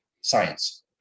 science